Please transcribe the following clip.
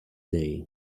day